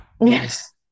Yes